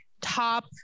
top